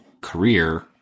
career